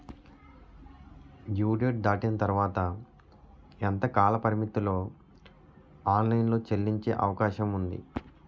Due date దాటిన తర్వాత ఎంత కాలపరిమితిలో ఆన్ లైన్ లో చెల్లించే అవకాశం వుంది?